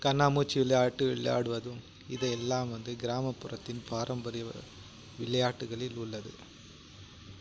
கண்ணாம்பூச்சி விளையாட்டு விளையாடுவதும் இதெல்லாம் வந்து கிராமப்புறத்தின் பாரம்பரிய விளையாட்டுகளில் உள்ளது